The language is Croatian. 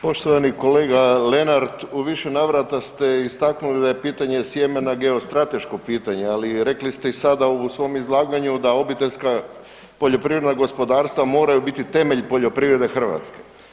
Poštovani kolega Lenart, u više navrata ste istaknuli da je pitanje sjemena geostrateško pitanje ali rekli ste i sada u svom izlaganju da obiteljska poljoprivredna gospodarstva moraju biti temelj poljoprivrede Hrvatske.